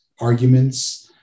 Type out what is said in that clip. arguments